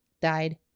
died